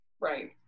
Right